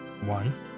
one